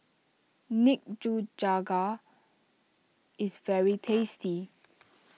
Nikujaga is very tasty